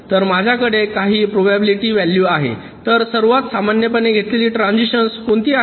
तर माझ्याकडे काही प्रोबॅबिलिटी व्हॅलू आहेत तर सर्वात सामान्यपणे घेतलेली ट्रांझिशन्स कोणती आहेत